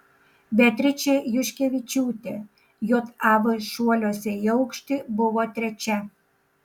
beatričė juškevičiūtė jav šuoliuose į aukštį buvo trečia